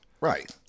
Right